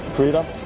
Freedom